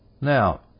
Now